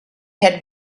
had